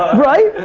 right?